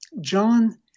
John